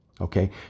okay